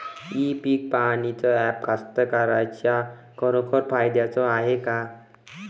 इ पीक पहानीचं ॲप कास्तकाराइच्या खरोखर फायद्याचं हाये का?